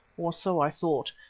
or so i thought,